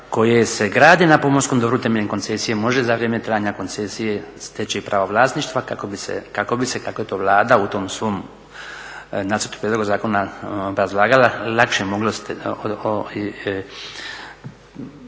koje se grade na pomorskom dobru, temeljem koncesije može za vrijeme trajanja koncesije steći pravo vlasništva kako bi se, kako je to Vlada u tom svom nacrtu prijedloga zakona obrazlagala, lakše mogao